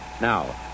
Now